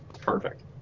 Perfect